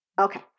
Okay